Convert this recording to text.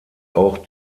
auch